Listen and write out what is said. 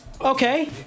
okay